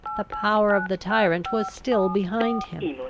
the power of the tyrant was still behind him.